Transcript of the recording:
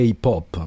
K-pop